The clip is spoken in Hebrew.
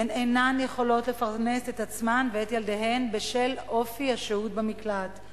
והן אינן יכולות לפרנס את עצמן ואת ילדיהן בשל אופי השהות במקלט.